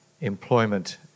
employment